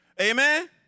Amen